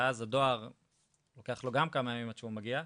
ואז לדואר לוקח גם כמה ימים עד שהוא מגיע,